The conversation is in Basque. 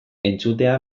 entzutea